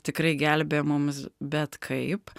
tikrai gelbėjo mumis bet kaip